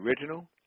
original